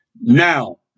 Now